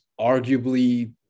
arguably